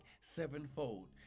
sevenfold